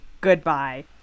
goodbye